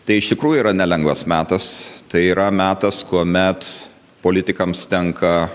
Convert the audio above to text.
tai iš tikrųjų yra nelengvas metas tai yra metas kuomet politikams tenka